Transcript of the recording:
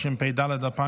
התשפ"ד 2024,